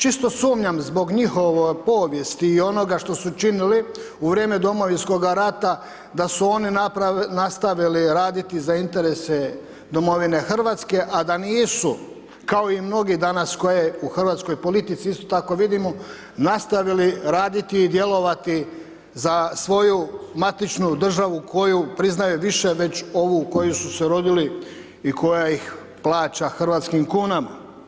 Čisto sumnjam zbog njihove povijesti i onoga što su činili u vrijeme Domovinskoga rata, da su oni nastavili raditi za interese domovine Hrvatske, a da nisu, kao i mnogi danas koje u hrvatskoj politici isto tako vidimo, nastaviti raditi i djelovati za svoju matičnu državu koju priznaju više već ovu u kojoj su se rodili i koja ih plaća hrvatskim kunama.